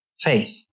faith